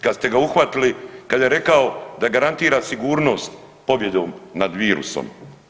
Kad ste ga uhvatili kad je rekao da garantira sigurnost pobjedom nad virusom.